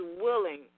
willing